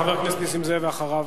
חבר הכנסת נסים זאב, ואחריו